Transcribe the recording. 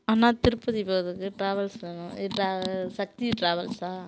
அண்ணா திருப்பதி போகறதுக்கு டிராவல்ஸ் வேணும் இது டிரா சக்தி டிராவல்ஸா